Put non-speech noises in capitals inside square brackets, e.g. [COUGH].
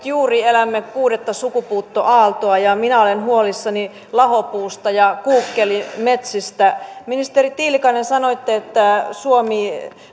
[UNINTELLIGIBLE] juuri elämme kuudetta sukupuuttoaaltoa ja minä olen huolissani lahopuusta ja kuukkelimetsistä ministeri tiilikainen sanoitte että suomi